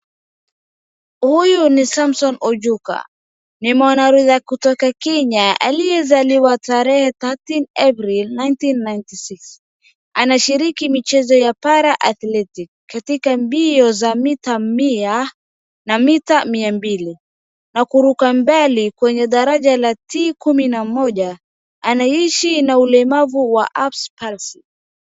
Huyu ni Samson Ojuka. Ni mwanariadha kutoka Kenya aliye zaliwa tarehe thirteen April nineteen ninety six . Anashiriki michezo ya para athletics . Katika mbio za mita mia, na mita mia mbili. Na kuruka mbali kwenye daraja la T kumi na moja. Anaishi na ulemavu wa erbs palsy .